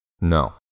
No